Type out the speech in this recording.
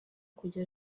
kujya